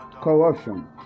corruption